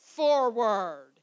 forward